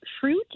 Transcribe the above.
fruit